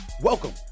Welcome